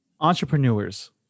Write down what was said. entrepreneurs